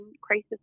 crisis